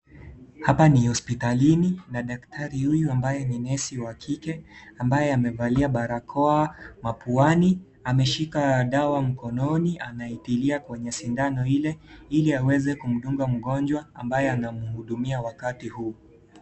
Hapa ni hospitalini na daktari huyu ambaye ni nesi wa kike, ambaye amevalia barakoa mapua. Ameshika dawa mkononi, anaitilia kwenye sindano ile, ili aweze kumhudumia mgonjwa ambaye anamhudumia wakati huu.